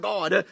God